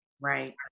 Right